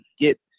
get